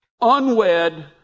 Unwed